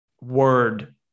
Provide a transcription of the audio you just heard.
word